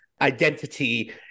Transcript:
identity